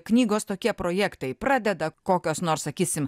knygos tokie projektai pradeda kokios nors sakysim